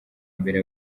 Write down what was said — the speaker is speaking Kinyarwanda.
imbere